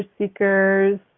seekers